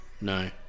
No